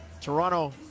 Toronto